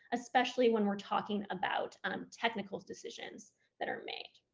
especially when we're talking about um technical decisions that are made.